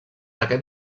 aquest